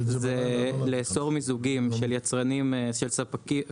זה לאסור מיזוגים של יצרנים של ספקים,